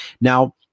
Now